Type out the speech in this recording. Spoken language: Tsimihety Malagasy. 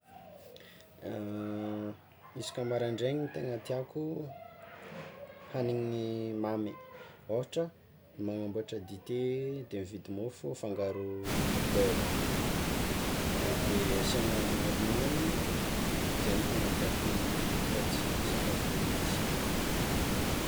Isaka maraindrainy tegna tiàko hagniny mamy ôhatra mamboatra dite de mividy môfo afangaro beurre de asiagna ronono, zay no tegna tiàko fa tsy sakafo masira.